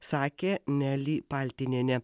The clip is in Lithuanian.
sakė neli paltinienė